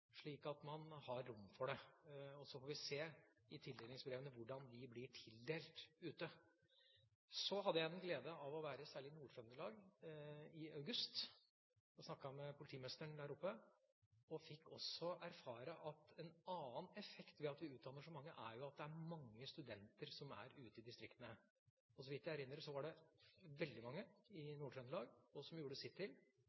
at man har rom for det. Så får vi se i tildelingsbrevene hvordan disse blir tildelt ute. Så hadde jeg gleden av å være i Nord-Trøndelag i august og snakke med politimesteren der oppe. Jeg fikk også erfare at en annen effekt av at vi utdanner så mange, er at det er mange studenter som er ute i distriktene. Så vidt jeg erindrer, var det veldig mange i